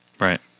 Right